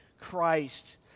Christ